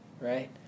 right